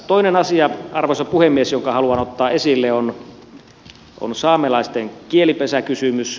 toinen asia arvoisa puhemies jonka haluan ottaa esille on saamelaisten kielipesäkysymys